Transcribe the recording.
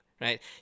right